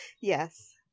yes